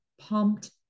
pumped